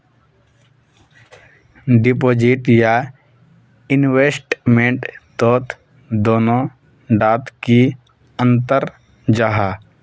Deposit या investment तोत दोनों डात की अंतर जाहा?